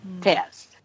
test